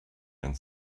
and